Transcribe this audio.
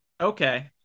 okay